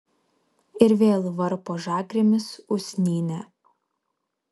ir vėl varpo žagrėmis usnynę